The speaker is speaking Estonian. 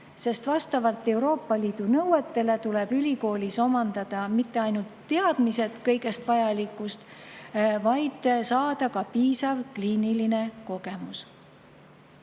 sest vastavalt Euroopa Liidu nõuetele tuleb ülikoolis omandada mitte ainult teadmised kõigest vajalikust, vaid saada ka piisav kliiniline kogemus.